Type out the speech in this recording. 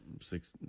six